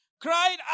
cried